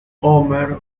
homer